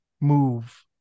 move